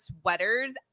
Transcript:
sweaters